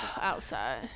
Outside